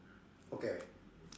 okay